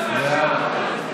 יש לך בוס רשע.